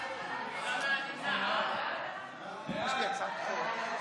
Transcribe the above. יש לי הצעת חוק,